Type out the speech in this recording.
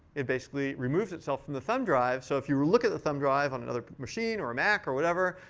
it basically removes itself from the thumb drive so if you were to look at the thumb drive on another machine, or a mac, or whatever,